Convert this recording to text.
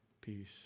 peace